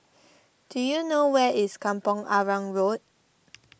do you know where is Kampong Arang Road